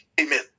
Amen